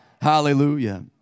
Hallelujah